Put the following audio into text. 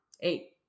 eight